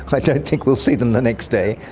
i don't think we'll see them the next day.